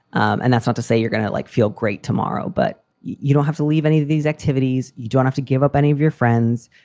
and that's not to say you're going to like feel great tomorrow, but you don't have to leave any of these activities. you don't have to give up any of your friends.